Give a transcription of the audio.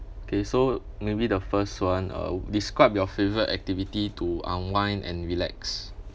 okay so maybe the first one uh describe your favourite activity to unwind and relax